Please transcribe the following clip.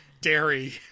dairy